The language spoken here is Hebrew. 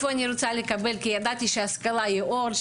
ידעתי שהשכלה יהיה אור,